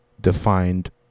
defined